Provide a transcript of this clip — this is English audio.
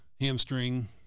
hamstring